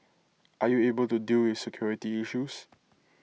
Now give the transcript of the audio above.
are you able to deal with security issues